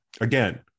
again